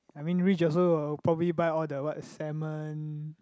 I mean rich also will probably buy all the what salmon